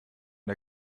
der